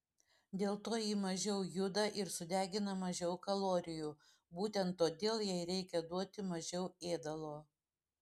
dėl to ji mažiau juda ir sudegina mažiau kalorijų būtent todėl jai reikia duoti mažiau ėdalo